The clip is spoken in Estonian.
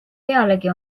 pealegi